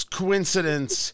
coincidence